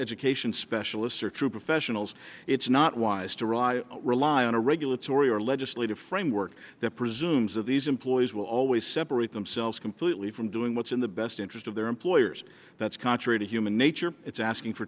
education specialists are true professionals it's not wise to arrive rely on a regulatory or legislative framework that presumes that these employees will always separate themselves completely from doing what's in the best interest of their employers that's contrary to human nature it's asking for